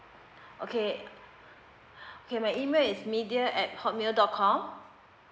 okay okay my email is media at hotmail dot com